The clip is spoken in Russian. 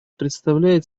представляет